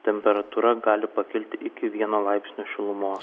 temperatūra gali pakilti iki vieno laipsnio šilumos